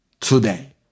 today